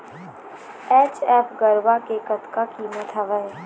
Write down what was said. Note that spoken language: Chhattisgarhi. एच.एफ गरवा के कतका कीमत हवए?